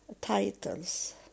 titles